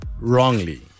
wrongly